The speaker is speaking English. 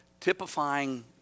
typifying